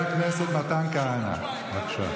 חבר הכנסת מתן כהנא, בבקשה.